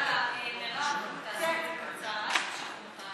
הצעת חוק להגנת הצומח (נזקי עיזים) (תיקון) (ביטול החוק),